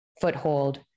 foothold